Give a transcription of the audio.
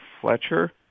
Fletcher